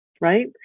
right